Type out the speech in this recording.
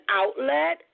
outlet